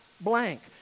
blank